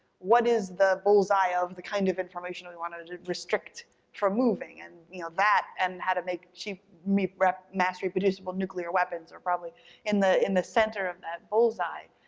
what is the bull's eye of the kind of information we want to restrict from moving? and, you know, that and how to make cheap massly reproducible nuclear weapons are probably in the in the center of that bull's eye.